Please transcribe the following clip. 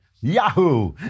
Yahoo